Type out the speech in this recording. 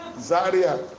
Zaria